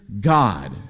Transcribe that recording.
God